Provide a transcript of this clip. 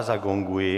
Zagonguji.